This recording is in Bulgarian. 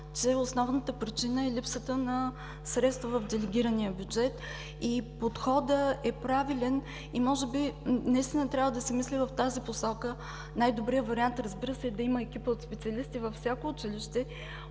че основната причина е липсата на средства в делегирания бюджет. Подходът е правилен и може би трябва да се мисли в тази посока. Най-добрият вариант е, разбира се, да има екип от специалисти във всяко училище.